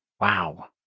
Wow